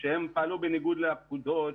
שהם פעלו בניגוד לפקודות,